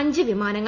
അഞ്ച് വിമാനങ്ങൾ